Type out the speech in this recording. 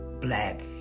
black